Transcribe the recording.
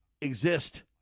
exist